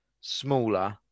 smaller